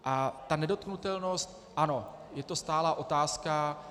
A ta nedotknutelnost ano, je to stálá otázka.